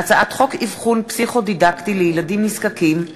הצעת חוק אבחון פסיכו-דידקטי לילדים נזקקים,